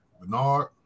Bernard